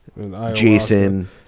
Jason